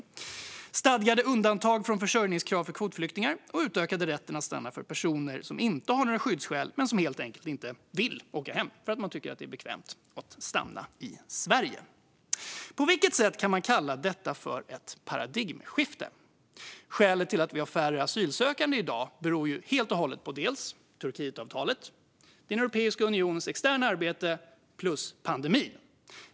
Det gäller stadgade undantag från försörjningskrav för kvotflyktingar och utökad rätt att stanna för personer som inte har några skyddsskäl men som helt enkelt inte vill åka hem därför att de tycker att det är bekvämt att stanna i Sverige. På vilket sätt kan man kalla detta ett paradigmskifte? Skälen till att vi har färre asylsökande i dag är ju helt och hållet dels Turkietavtalet, dels Europeiska unionens externa arbete, dels pandemin.